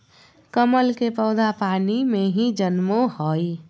कमल के पौधा पानी में ही जन्मो हइ